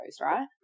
right